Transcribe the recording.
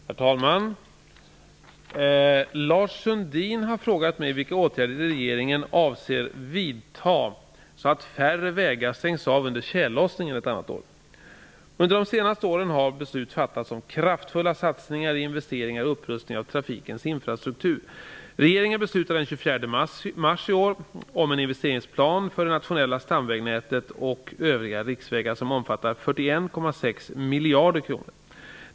Herr talman! Lars Sundin har frågat mig vilka åtgärder regeringen avser att vidta så att färre vägar stängs av under tjällossningen ett annat år. Under de senaste åren har beslut fattats om kraftfulla satsningar i investeringar och upprustning av trafikens infrastruktur. Regeringen beslutade den 24 mars i år om en investeringsplan för det nationella stamvägnätet och övriga riksvägar som omfattar 41,6 miljarder kronor.